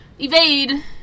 evade